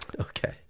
Okay